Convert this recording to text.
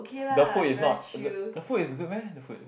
the food is not the the food is good meh the food